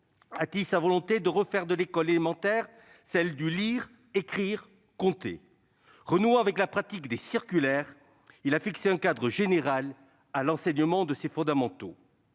a dit sa volonté de refaire de l'école élémentaire celle du « lire, écrire, compter ». Renouant avec la pratique des circulaires, il a fixé un cadre général à l'enseignement de ces fondamentaux.